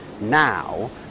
now